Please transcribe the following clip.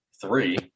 three